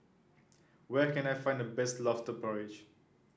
where can I find the best lobster porridge